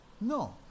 No